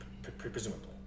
Presumably